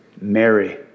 Mary